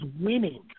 winning